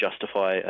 justify